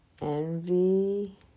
Envy